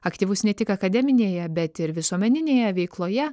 aktyvus ne tik akademinėje bet ir visuomeninėje veikloje